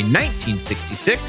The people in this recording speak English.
1966